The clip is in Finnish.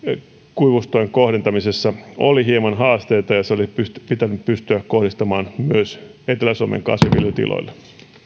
kuivuustuen kohdentamisessa oli hieman haasteita ja se olisi pitänyt pystyä kohdistamaan myös etelä suomen kasvinviljelytiloille